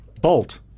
Bolt